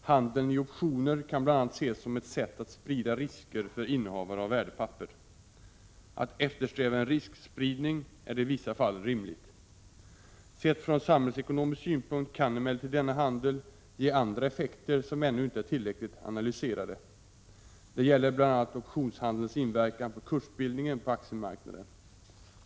Handeln i optioner kan bl.a. ses som ett sätt att sprida risker för innehavare av värdepapper. Att eftersträva en riskspridning är i vissa fall rimligt. Sett från samhällsekonomisk synpunkt kan emellertid denna handel ge andra effekter som ännu inte är tillräckligt analyserade. Det gäller bl.a. optionshandelns inverkan på kursbildningen på aktiemarknaden.